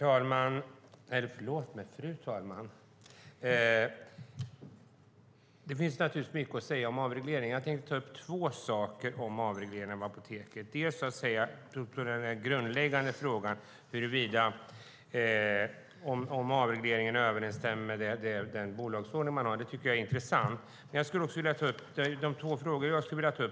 Fru talman! Det finns naturligtvis mycket att säga om avregleringen. Jag tänkte ta upp två saker om avregleringen av apoteksmarknaden. Den grundläggande frågan om avregleringen överensstämmer med den bolagsordning man har tycker jag är intressant, men jag har två andra frågor.